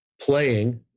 playing